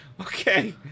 Okay